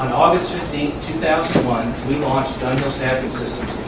and august fifteen, two thousand and one, we launched dunhill staffing systems